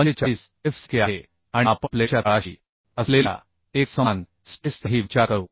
45 f c k आणि आपण प्लेटच्या तळाशी असलेल्या एकसमान स्ट्रेसचाही विचार करू